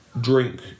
drink